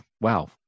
wow